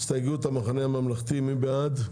הצבעה בעד,